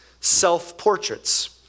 self-portraits